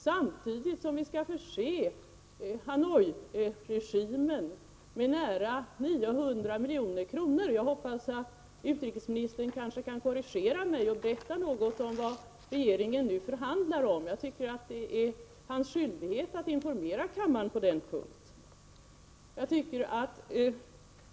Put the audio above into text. Samtidigt skall vi alltså, enligt uppgift, förse Hanoiregimen med nära 900 milj.kr. — jag hoppas att utrikesministern kanske kan korrigera mig på denna punkt och berätta något om vad regeringen nu förhandlar om. Det är hans skyldighet att informera kammaren om detta.